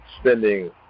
spending